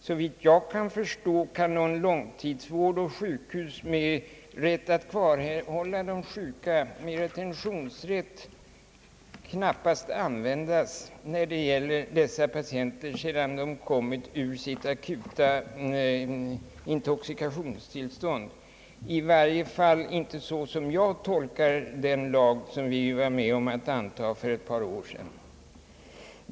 Såvitt jag förstår, kan någon långtidsvård på sjukhus med retentionsrätt, med rätt att kvarhålla de sjuka, knappast komma i fråga när det gäller patienter som befriats från sitt akuta intoxikationstillstånd; i varje fall inte så som jag tolkar den lag vi var med om att anta för ett par år sedan.